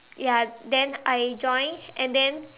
ya then I join and then